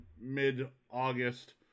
mid-August